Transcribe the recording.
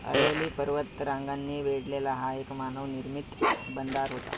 अरवली पर्वतरांगांनी वेढलेला हा एक मानव निर्मित बंधारा होता